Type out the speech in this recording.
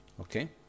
okay